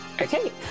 Okay